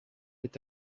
est